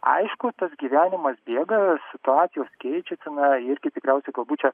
aišku tas gyvenimas bėga situacijos keičias na irgi tikriausiai galbūt čia